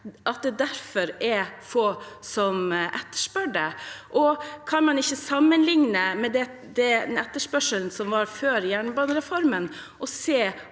– er det få som etterspør det? Kan man ikke sammenligne med den etterspørselen som var før jernbanereformen, og se